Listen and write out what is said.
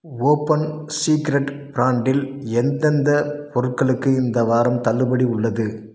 open secret பிராண்டில் எந்தெந்த பொருட்களுக்கு இந்த வாரம் தள்ளுபடி உள்ளது